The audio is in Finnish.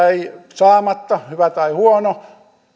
saamatta hyvä tai huono